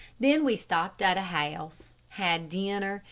then we stopped at a house, had dinner,